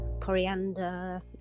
coriander